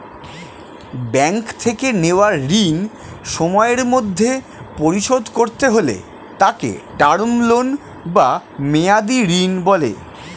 bank থেকে নেওয়া ঋণ সময়ের মধ্যে পরিশোধ করতে হলে তাকে টার্ম লোন বা মেয়াদী ঋণ বলে